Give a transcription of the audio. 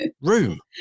room